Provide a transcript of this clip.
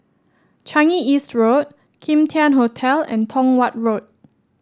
Changi East Road Kim Tian Hotel and Tong Watt Road